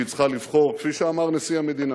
כפי שאמר נשיא המדינה,